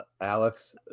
Alex